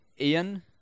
Ian